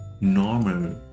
normal